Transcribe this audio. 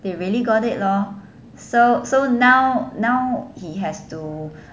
they really got it lor so so now now he has to